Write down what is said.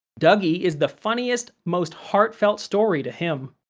dougie is the funniest, most heartfelt story to him.